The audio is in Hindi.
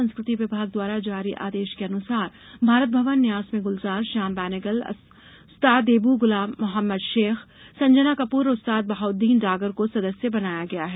संस्कृति विभाग द्वारा जारी आदेश के अनुसार भारत भवन न्यास में गुलजार श्याम बेनेगल अस्ताद देव गुलाम मोहम्मद शेख संजना कपूर और उस्ताद बहाउद्दीन डागर को सदस्य बनाया गया है